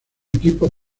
equipo